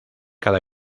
cada